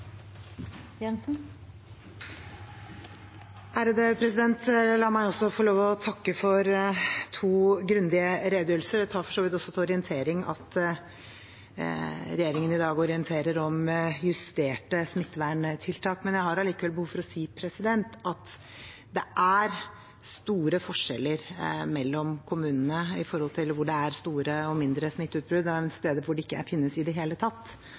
La meg også få lov til å takke for to grundige redegjørelser. Jeg tar for så vidt også til orientering at regjeringen i dag orienterer om justerte smitteverntiltak, men jeg har likevel behov for å si at det er store forskjeller mellom kommunene med tanke på hvor det er store og mindre smitteutbrudd. Det er steder hvor det ikke finnes i det hele tatt.